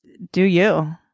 do you.